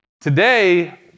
today